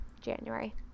January